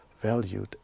valued